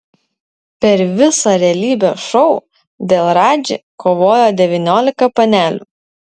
per visą realybės šou dėl radži kovojo devyniolika panelių